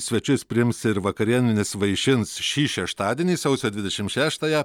svečius priims ir vakarienėmis vaišins šį šeštadienį sausio dvidešimt šeštąją